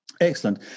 Excellent